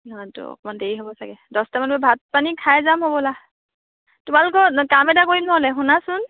ইহঁতো অকণমান দেৰি হ'ব চাগে দহটামানৰ ভাত পানী খাই যাম হ'বলা তোমালোকেও কাম এটা কৰিম নহ'লে শুনাচোন